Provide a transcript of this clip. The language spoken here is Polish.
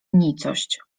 nicość